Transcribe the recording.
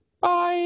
Bye